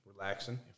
relaxing